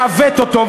מעוות אותו,